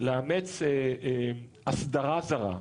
לאמץ אסדרה זרה.